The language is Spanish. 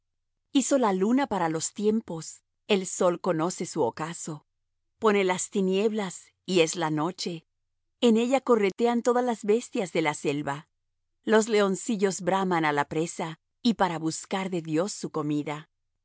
hizo la luna para los tiempos el sol conoce su ocaso pone las tinieblas y es la noche en ella corretean todas las bestias de la selva los leoncillos braman á la presa y para buscar de dios su comida